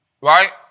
Right